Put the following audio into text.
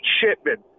shipment